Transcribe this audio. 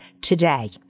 today